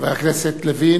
חבר הכנסת לוין,